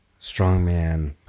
Strongman